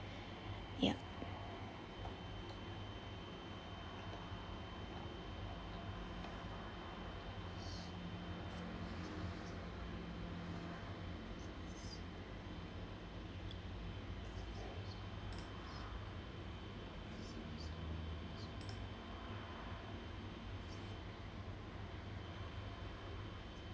ya